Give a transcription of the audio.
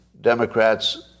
Democrats